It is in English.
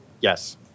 Yes